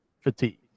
fatigue